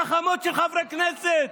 גחמות של חברי כנסת.